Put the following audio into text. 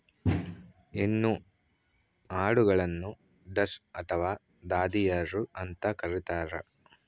ಹೆಣ್ಣು ಆಡುಗಳನ್ನು ಡಸ್ ಅಥವಾ ದಾದಿಯರು ಅಂತ ಕರೀತಾರ